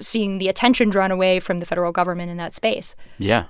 seeing the attention drawn away from the federal government in that space yeah.